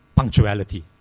punctuality